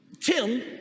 tim